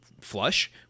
flush